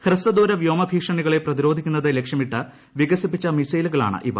ഹ്രസ്വദൂര വ്യോമ ഭീഷണികളെ പ്രതിരോധിക്കുന്നത് ലക്ഷ്യമിട്ട് വികസിപ്പിച്ച മിസൈലുകളാണിവ